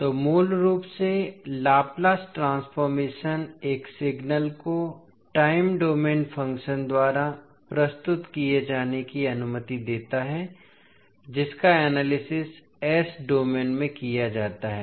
तो मूल रूप से लाप्लास ट्रांसफॉर्मेशन एक सिग्नल को टाइम डोमेन फ़ंक्शन द्वारा प्रस्तुत किए जाने की अनुमति देता है जिसका एनालिसिस S डोमेन में किया जाता है